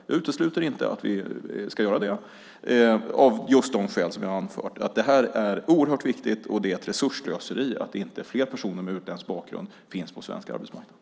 Jag utesluter inte att vi ska göra det av just de skäl som jag har anfört: Det här är oerhört viktigt, och det är ett resursslöseri att inte fler personer med utländsk bakgrund finns på den svenska arbetsmarknaden.